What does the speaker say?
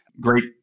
Great